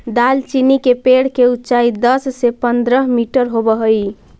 दालचीनी के पेड़ के ऊंचाई दस से पंद्रह मीटर होब हई